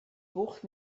bucht